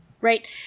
right